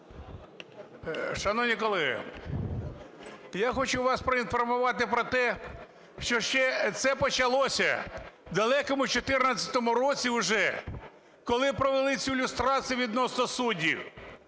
Шановні колеги, я хочу вас проінформувати про те, що ще це почалося в далекому 14-му році уже, коли провели цю люстрацію відносно суддів.